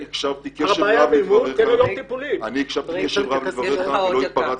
אני הקשבתי קשב רב לדבריך ולא התפרצתי,